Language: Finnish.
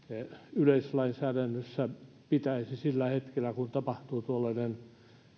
yleislainsäädännön mukaisesti pitäisi sillä hetkellä kun tapahtuu tuollainen